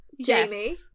jamie